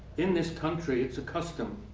in this country, it's a custom.